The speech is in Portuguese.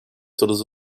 todos